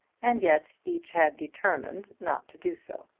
and yet each had determined not to do so.